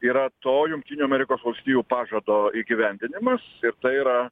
yra to jungtinių amerikos valstijų pažado įgyvendinimas ir tai yra